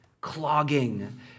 clogging